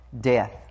Death